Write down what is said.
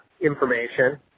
information